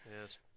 Yes